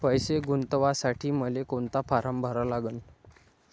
पैसे गुंतवासाठी मले कोंता फारम भरा लागन?